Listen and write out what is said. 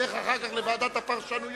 לך אחר כך לוועדת הפרשנויות.